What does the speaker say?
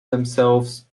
themselves